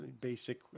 basic